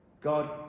God